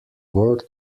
world